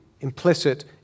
implicit